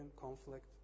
conflict